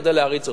כדי להריץ אותן.